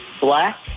black